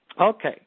Okay